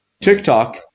TikTok